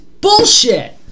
Bullshit